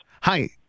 Hi